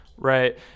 Right